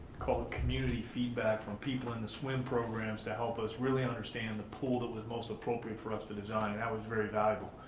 quote, community feedback from people in the swim programs to help us really understand the pool that was most appropriate for us to design and that was very valuable.